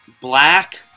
Black